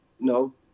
No